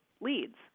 leads